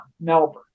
Melbourne